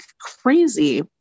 crazy